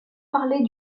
parler